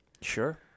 Sure